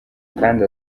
kandi